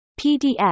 PDF